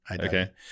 Okay